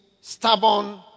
stubborn